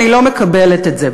אני לא מקבלת את זה,